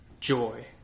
joy